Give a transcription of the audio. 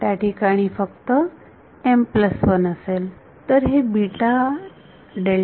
त्याठिकाणी फक्त m1 असेल